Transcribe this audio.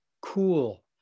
cool